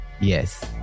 Yes